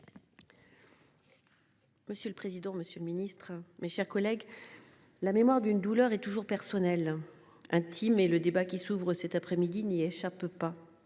Monsieur le président, Monsieur le Ministre, mes chers collègues. La mémoire d'une douleur et toujours personnelles intime et le débat qui s'ouvre cet après-midi n'y échappent pas.